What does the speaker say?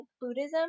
Buddhism